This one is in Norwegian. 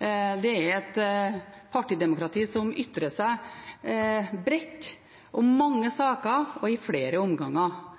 Det er et partidemokrati som ytrer seg bredt om mange saker i flere omganger.